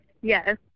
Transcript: Yes